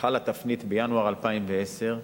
חלה תפנית בינואר 2010,